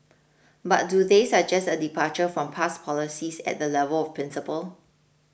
but do they suggest a departure from past policies at the level of principle